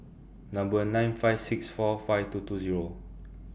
Number nine five six four five two two Zero